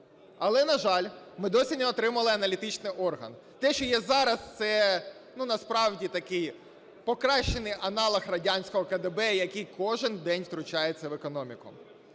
Але, на жаль, ми досі не отримали аналітичний орган. Те, що є зараз, це, ну, насправді такий покращений аналог радянського КДБ, який кожен день втручається в економіку.